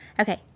okay